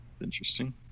Interesting